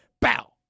Bow